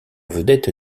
vedette